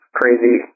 crazy